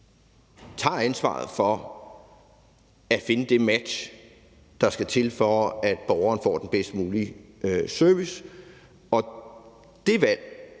tager ansvaret for at finde det match, der skal til, for at borgeren får den bedst mulige service. Og det valg,